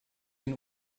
ihn